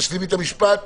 תשלימי את המשפט.